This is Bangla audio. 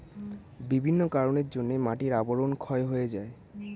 বিভিন্ন কারণের জন্যে মাটির আবরণ ক্ষয় হয়ে যায়